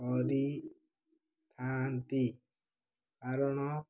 କରିଥାନ୍ତି କାରଣ